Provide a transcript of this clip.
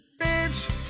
Bitch